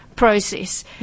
Process